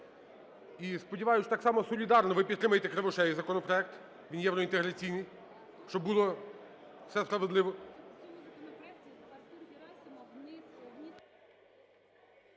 і, сподіваюся, так само солідарно ви підтримаєте Кривошеї законопроект, він євроінтеграційний, щоб було все справедливо.